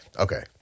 okay